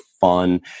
fun